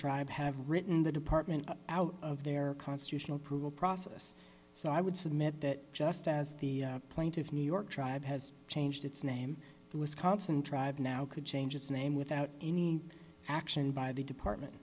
tribe have written the department out of their constitutional process so i would submit that just as the plaintiff's new york tribe has changed its name the wisconsin tribe now could change its name without any action by the department